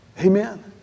Amen